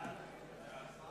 הצעת ועדת הכספים